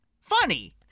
funny